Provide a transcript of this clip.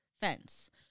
fence